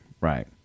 Right